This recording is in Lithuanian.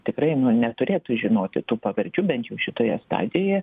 tikrai nu neturėtų žinoti tų pavardžių bent jau šitoje stadijoje